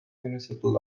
municipal